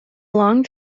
long